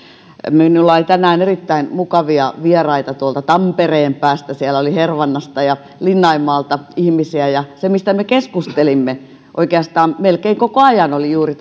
minulla oli tänään erittäin mukavia vieraita tuolta tampereen päästä ihmisiä hervannasta ja linnainmaalta se mistä me keskustelimme oikeastaan melkein koko ajan oli juuri